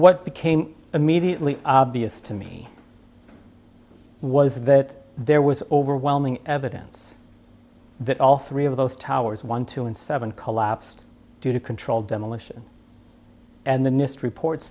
what became immediately obvious to me was that there was overwhelming evidence that all three of those towers one two and seven collapsed due to controlled demolition and the nist reports